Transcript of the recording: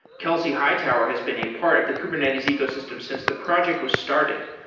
kelsey hightower has been a part of the kubernetes ecosystem since the project was started.